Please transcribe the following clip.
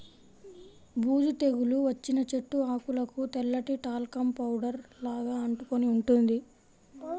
బూజు తెగులు వచ్చిన చెట్టు ఆకులకు తెల్లటి టాల్కమ్ పౌడర్ లాగా అంటుకొని ఉంటుంది